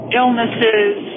illnesses